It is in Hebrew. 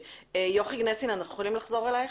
יוכי גנסין, אנחנו יכולים לחזור אליך?